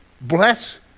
bless